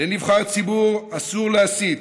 לנבחר ציבור אסור להסית.